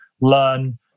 learn